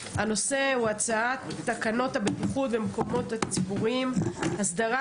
הנושא הוא הצעת תקנות הבטיחות במקומות ציבוריים (הסדרת